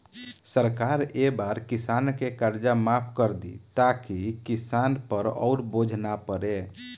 सरकार ए बार किसान के कर्जा माफ कर दि ताकि किसान पर अउर बोझ ना पड़े